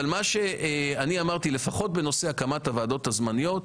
אני אמרתי שלפחות בנושא הקמת הוועדה הזמניות,